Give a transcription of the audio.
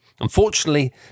Unfortunately